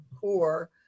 poor